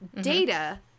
Data